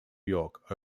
york